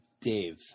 Dave